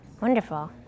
wonderful